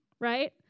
right